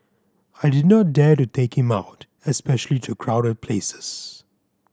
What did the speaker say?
I did not dare to take him out especially to crowded places